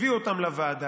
הביאו אותן לוועדה,